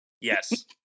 Yes